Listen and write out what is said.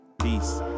Peace